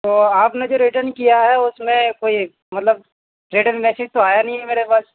تو آپ نے جو ریٹرن کیا ہے اُس میں کوئی مطلب ریٹرن میسیج تو آیا نہیں ہے میرے پاس